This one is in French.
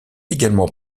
également